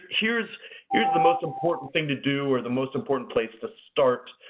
here's here's the most important thing to do or the most important place to start?